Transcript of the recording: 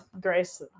Grace